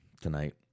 tonight